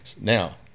Now